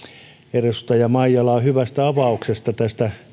edustaja maijalaa hyvästä avauksesta tästä